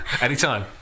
Anytime